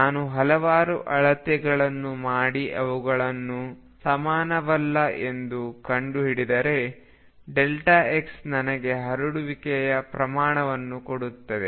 ನಾನು ಹಲವಾರು ಅಳತೆಗಳನ್ನು ಮಾಡಿ ಅವುಗಳು ಸಮಾನವಲ್ಲ ಎಂದು ಕಂಡುಹಿಡಿದರೆx ನನಗೆ ಹರಡುವಿಕೆಯ ಪ್ರಮಾಣವನ್ನು ಕೊಡುತ್ತದೆ